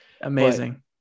Amazing